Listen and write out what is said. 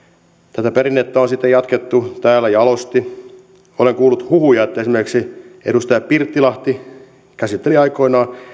tätä perinnettä on sitten jatkettu täällä jalosti olen kuullut huhuja että esimerkiksi edustaja pirttilahti käsitteli aikoinaan